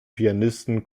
pianisten